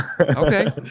okay